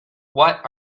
what